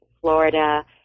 Florida